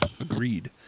Agreed